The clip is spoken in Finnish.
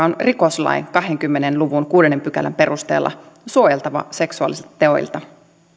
on rikoslain kahdenkymmenen luvun kuudennen pykälän perusteella suojeltava seksuaalisilta teoilta